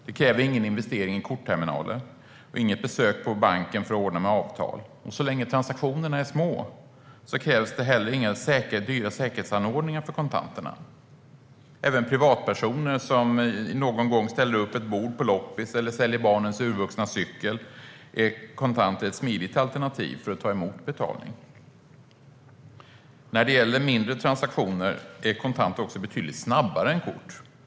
Det kräver ingen investering i kortterminaler och inget besök på banken för att ordna med avtal, och så länge transaktionerna är små krävs det heller inga dyra säkerhetsanordningar för kontanterna. Även för privatpersoner som någon gång ställer upp ett bord på loppis eller säljer barnets urvuxna cykel är kontanter ett smidigt alternativ för att ta emot betalning. När det gäller mindre transaktioner går det också betydligt snabbare att betala med kontanter än med kort.